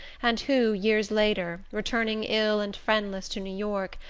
and who, years later, returning ill and friendless to new york,